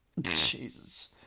jesus